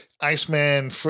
Iceman